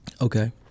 Okay